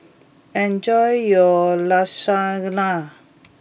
enjoy your Lasagna